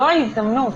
זו ההזדמנות.